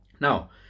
now